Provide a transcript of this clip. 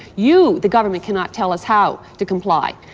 you, the government, cannot tell us how to comply.